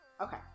Okay